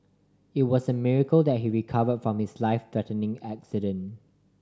it was a miracle that he recover from his life threatening accident